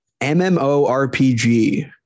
MMORPG